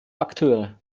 akteure